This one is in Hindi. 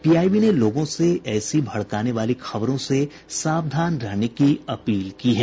पीआईबी ने लोगों से ऐसी भड़काने वाली खबरों से सावधान रहने की अपील की है